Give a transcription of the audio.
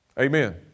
Amen